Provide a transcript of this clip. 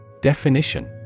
Definition